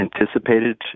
anticipated